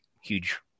huge